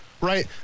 right